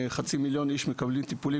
חצי מיליון איש מקבלים טיפולים,